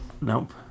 Nope